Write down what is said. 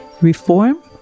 Reform